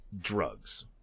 drugs